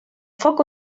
foc